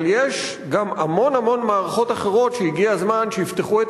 אבל יש גם המון המון מערכות אחרות שהגיע הזמן שיפתחו את